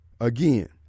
Again